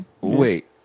Wait